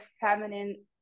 feminine